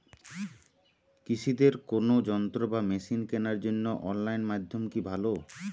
কৃষিদের কোন যন্ত্র বা মেশিন কেনার জন্য অনলাইন মাধ্যম কি ভালো?